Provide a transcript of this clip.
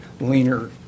leaner